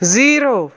zero